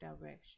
direction